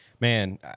Man